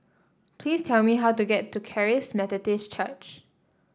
please tell me how to get to Charis Methodist Church